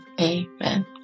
amen